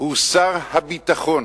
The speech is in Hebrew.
הוא שר הביטחון,